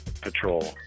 patrol